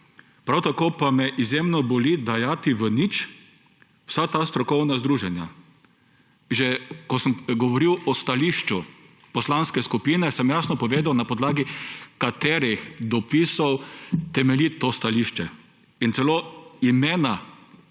Prav tako pa me izjemno boli, da dajete v nič vsa ta strokovna združenja. Že ko sem govoril o stališču poslanske skupine, sem jasno povedal, na podlagi katerih dopisov temelji to stališče. Celo imena